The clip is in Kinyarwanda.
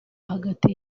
hagati